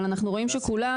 אבל אנחנו רואים שכולם,